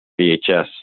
VHS